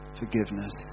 forgiveness